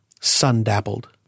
sun-dappled